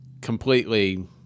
completely